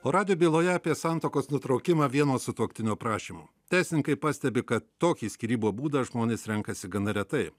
o radijo byloje apie santuokos nutraukimą vieno sutuoktinio prašymu teisininkai pastebi kad tokį skyrybų būdą žmonės renkasi gana retai